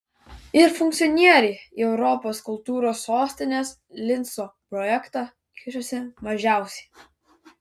ir funkcionieriai į europos kultūros sostinės linco projektą kišasi mažiausiai